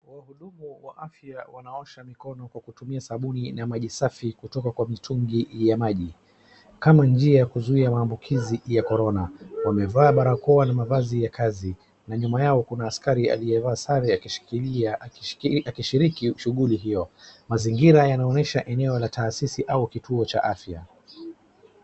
Wahudumu wa afya wanaosha mikono kwa kutumia sabuni na maji safi kutoka kwa mitungi ya maji .Kama njia ya kuzuia mambukizi ya korona. Wamevaa barakoa na mavazi ya kazi na nyuma yao kuna askari aliyevaa sare akishikilia akishiliki shughuli hiyo. Mazingira yanaonyesha eneo ya tasisi ama kituo cha afya.